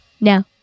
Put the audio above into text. No